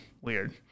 weird